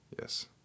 Yes